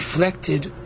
reflected